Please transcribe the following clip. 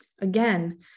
Again